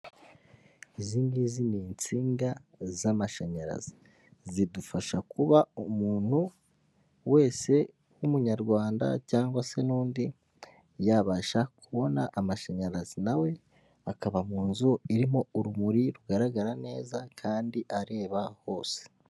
Izi ngizi ni insinga z'amashanyarazi, zidufasha kuba umuntu wese w'umunyarwanda cyangwa se n'undi yabasha kubona amashanyarazi nawe akaba mu nzu irimo urumuri rugaragara neza kandi areba hose.